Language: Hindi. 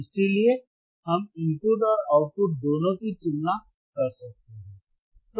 इसलिए हम इनपुट और आउटपुट दोनों की तुलना कर सकते हैं